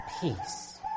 Peace